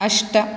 अष्ट